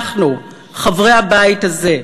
אנחנו, חברי הבית הזה,